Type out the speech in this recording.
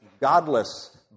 godless